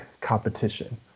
competition